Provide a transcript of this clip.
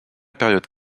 période